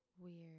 Weird